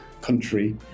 country